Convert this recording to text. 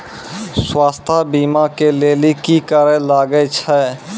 स्वास्थ्य बीमा के लेली की करे लागे छै?